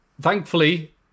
Thankfully